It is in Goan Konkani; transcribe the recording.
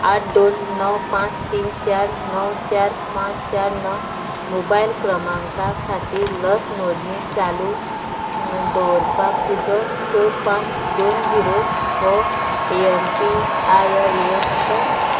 आठ दोन णव पांच तीन चार णव चार पांच चार णव मोबायल क्रमांका खातीर लस नोंदणी चालू दवरपाक तुजो स पांच दोन झिरो हो एमपीआयआयएन आसा